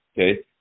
okay